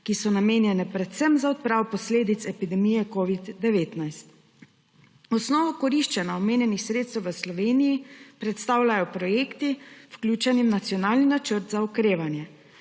ki so namenjena predvsem za odpravo posledic epidemije covida-19. Osnovo koriščenja omenjenih sredstev v Sloveniji predstavljajo projekti, vključeni v nacionalni Načrt za okrevanje.